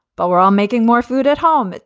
but we're all making more food at home,